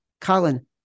Colin